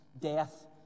death